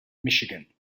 michigan